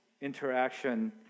interaction